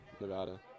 Nevada